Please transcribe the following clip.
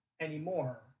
anymore